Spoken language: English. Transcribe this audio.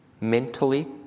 mentally